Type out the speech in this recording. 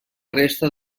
resta